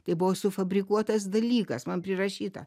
tai buvo sufabrikuotas dalykas man prirašyta